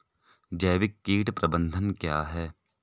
जैविक कीट प्रबंधन क्या है?